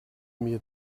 mir